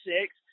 six